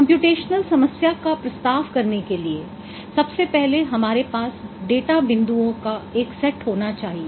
computational समस्या का प्रस्ताव करने के लिए सबसे पहले हमारे पास डेटा बिंदुओं का एक सेट होना चाहिए